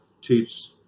teach